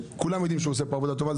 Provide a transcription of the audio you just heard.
שכולם יודעים שהוא עושה פה עבודה טובה.